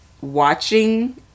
watching